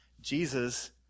Jesus